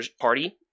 party